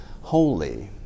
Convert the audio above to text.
Holy